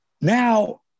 Now